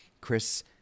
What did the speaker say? Chris